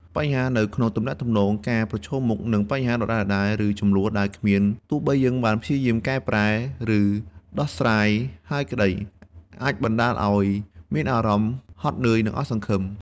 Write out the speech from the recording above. បញ្ហានៅក្នុងទំនាក់ទំនងការប្រឈមមុខនឹងបញ្ហាដដែលៗ ឬជម្លោះដែលគ្មានដំណោះស្រាយ ទោះបីយើងបានព្យាយាមកែប្រែ ឬដោះស្រាយហើយក្តី អាចបណ្តាលឲ្យមានអារម្មណ៍ហត់នឿយ និងអស់សង្ឃឹម។